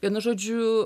vienu žodžiu